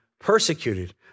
persecuted